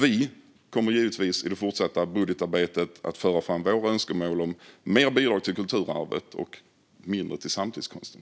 Vi kommer givetvis i det fortsatta budgetarbetet att föra fram våra önskemål om mer bidrag till kulturarvet och mindre till samtidskonsten.